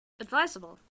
Advisable